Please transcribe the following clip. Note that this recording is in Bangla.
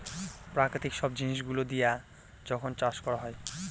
প্রাকৃতিক সব জিনিস গুলো দিয়া যখন চাষ করা হয়